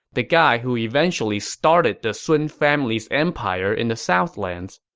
the guy who eventually started the sun family's empire in the southlands.